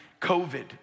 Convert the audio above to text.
COVID